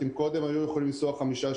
אם קודם היו יכולים לנסוע חמישה,